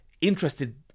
interested